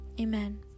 Amen